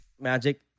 magic